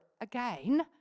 again